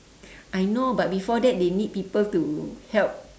I know but before that they need people to help